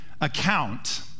account